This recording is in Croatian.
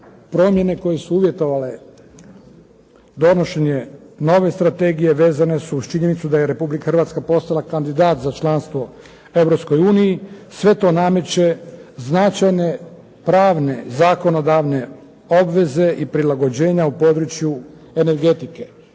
promjene koje su uvjetovale donošenje nove Strategije vezane su uz činjenicu da je Hrvatska postala kandidat za članstvo u Europskoj uniji sve to nameće značajne pravne i zakonodavne obveze i prilagođavanja u području energetike.